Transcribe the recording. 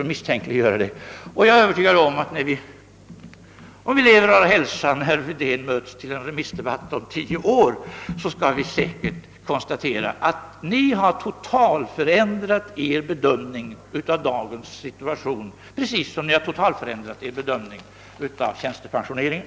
Och jag är, herr Wedén, övertygad om att ifall vi lever och har hälsan och möts till en remissdebatt om tio år skall vi kunna konstatera, att ni då har totalförändrat er bedömning av dagens situation, precis som ni nu har totalförändrat er bedömning av tjänstepensioneringen.